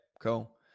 Cool